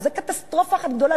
זו קטסטרופה אחת גדולה,